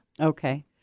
Okay